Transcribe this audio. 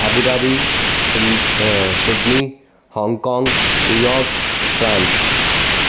Abu Dhabi सिग Sydney Hong Kong New York France